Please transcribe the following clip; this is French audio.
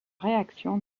réaction